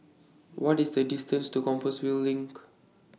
What IS The distance to Compassvale LINK